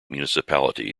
municipality